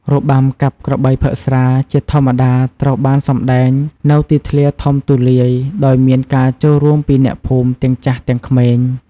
របាំកាប់ក្របីផឹកស្រាជាធម្មតាត្រូវបានសម្តែងនៅទីធ្លាធំទូលាយ ដោយមានការចូលរួមពីអ្នកភូមិទាំងចាស់ទាំងក្មេង។